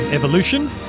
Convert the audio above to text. Evolution